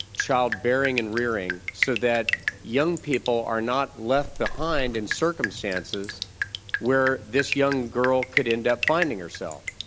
childbearing and rearing, so that young people are not left behind in circumstances where this young girl could end up finding herself.